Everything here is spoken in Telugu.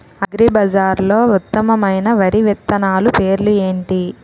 అగ్రిబజార్లో ఉత్తమమైన వరి విత్తనాలు పేర్లు ఏంటి?